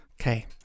Okay